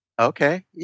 Okay